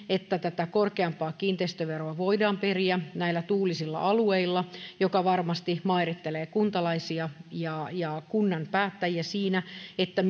että tätä korkeampaa kiinteistöveroa voidaan periä näillä tuulisilla alueilla mikä varmasti mairittelee kuntalaisia ja ja kunnan päättäjiä siinä että